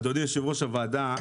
אדוני יושב ראש הוועדה,